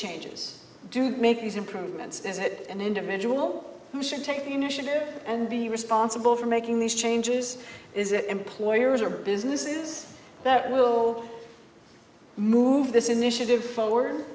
changes do you make these improvements is it an individual who should take the initiative and be responsible for making these changes is it employers or businesses that will move this initiative forward